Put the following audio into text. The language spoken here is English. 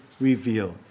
revealed